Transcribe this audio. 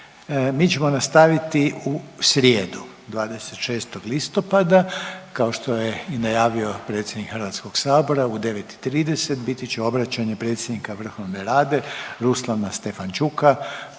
Mi ćemo nastaviti u srijedu 26. listopada, kao što je i najavio predsjednik Hrvatskog sabora u 9 i 30 biti će obraćanje predsjednika Vrhovne Rade Ruslana Stefanchuka